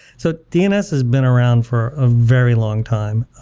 so dns has been around for ah very long time.